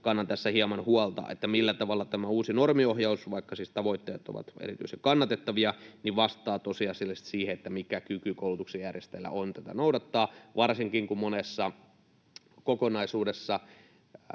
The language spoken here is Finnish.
kannan tässä hieman huolta siitä, millä tavalla tämä uusi normiohjaus — vaikka siis tavoitteet ovat erityisen kannatettavia — vastaa tosiasiallisesti siihen, mikä kyky koulutuksen järjestäjillä on tätä noudattaa, varsinkin kun monessa kokonaisuudessa